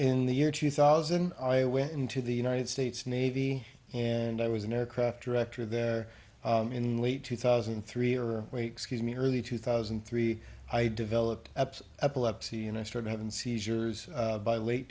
in the year two thousand i went into the united states navy and i was an aircraft director there in late two thousand and three or me early two thousand and three i developed epilepsy and i started having seizures by late